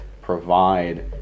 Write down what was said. provide